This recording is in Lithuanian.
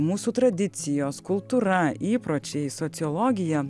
mūsų tradicijos kultūra įpročiai sociologija